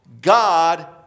God